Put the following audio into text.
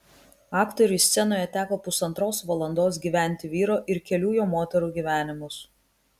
aktoriui scenoje teko pusantros valandos gyventi vyro ir kelių jo moterų gyvenimus